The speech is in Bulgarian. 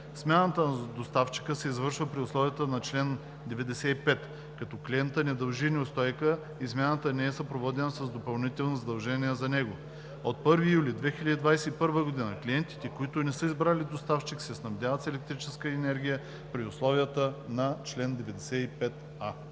Смяната на доставчика се извършва при условията на чл. 95, като клиентът не дължи неустойка и смяната не е съпроводена с допълнителни задължения за него. От 1 юли 2021 г. клиентите, които не са избрали доставчик, се снабдяват с електрическа енергия при условията на чл. 95а.“